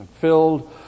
filled